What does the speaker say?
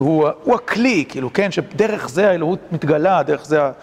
הוא הכלי, כאילו כן, שדרך זה האלוהות מתגלה, דרך זה ה...